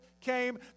came